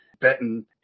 Betting